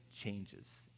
changes